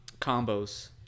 combos